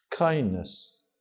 Kindness